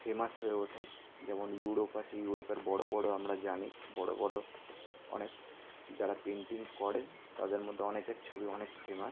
famous হয়ে ওঠে যেমন ইউরোপ আছে ইউরোপের বড় বড় আমরা জানি বড় বড় অনেক যারা পেন্টিং করেন তাদের মধ্যে অনেকের ছবি অনেক ফেমাস